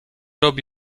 robi